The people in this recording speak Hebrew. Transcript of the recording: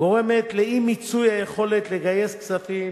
גורמת לאי-מיצוי היכולת לגייס כספים